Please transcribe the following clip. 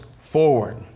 forward